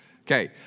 Okay